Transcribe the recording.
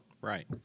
Right